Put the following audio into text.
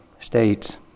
states